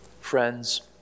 Friends